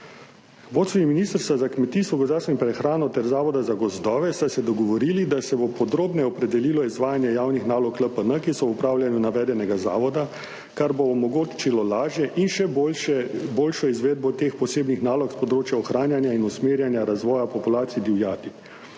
Vodstvi Ministrstva za kmetijstvo, gozdarstvo in prehrano ter Zavoda za gozdove so se dogovorili, da se bo podrobneje opredelilo izvajanje javnih nalog LPN, ki so v upravljanju navedenega zavoda, kar bo omogočilo lažje in še boljše, boljšo izvedbo teh posebnih nalog s področja ohranjanja in usmerjanja razvoja populacije divjadi.